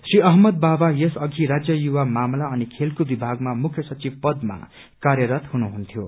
श्री अहम्मद बावा यस अघि राज्य युवा मामला अनि खेलकूद विभागमा मुख्य सचिव पदमा कार्यरत हुनुहुन्थ्यो